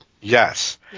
Yes